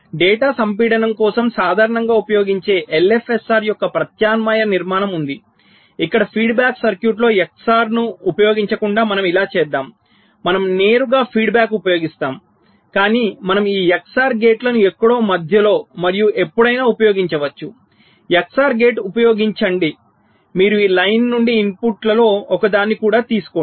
data సంపీడనం కోసం సాధారణంగా ఉపయోగించే LFSR యొక్క ప్రత్యామ్నాయ నిర్మాణం ఉంది ఇక్కడ ఫీడ్బ్యాక్ సర్క్యూట్లో XOR ను ఉపయోగించకుండా మనం ఇలా చేద్దాం మనం నేరుగా అభిప్రాయాన్ని ఉపయోగిస్తాము కాని మనం ఈ XOR గేట్లను ఎక్కడో మధ్యలో మరియు ఎప్పుడైనా ఉపయోగించవచ్చు XOR గేట్ ఉపయోగించండి మీరు ఈ లైన్ నుండి ఇన్పుట్లలో ఒకదాన్ని కూడా తీసుకోండి